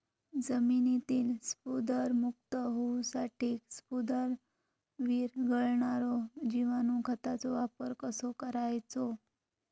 जमिनीतील स्फुदरमुक्त होऊसाठीक स्फुदर वीरघळनारो जिवाणू खताचो वापर कसो करायचो?